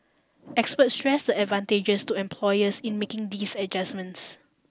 experts stress the advantages to employers in making these adjustments